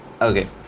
okay